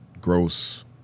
gross